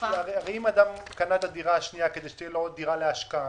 הרי אם אדם קנה את הדירה השנייה כדי שתהיה לו עוד דירה להשקעה,